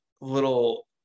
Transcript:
little